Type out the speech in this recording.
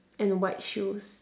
and white shoes